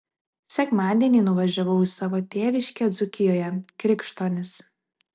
sekmadienį nuvažiavau į savo tėviškę dzūkijoje krikštonis